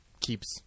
keeps